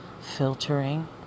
filtering